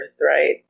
Right